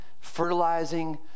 fertilizing